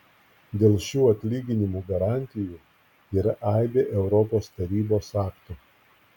dėl šių atlyginimų garantijų yra aibė europos tarybos aktų